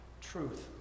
truth